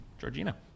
Georgina